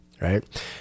right